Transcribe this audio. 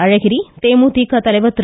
அழகிரி தேமுதிக தலைவர் திரு